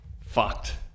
fucked